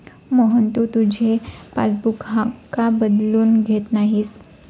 मोहन, तू तुझे पासबुक का बदलून घेत नाहीस?